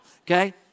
okay